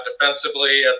defensively